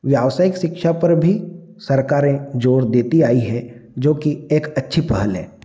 व्यावसायिक शिक्षा पर भी सरकारें जोर देती आई हैं जो कि एक अच्छी पहल है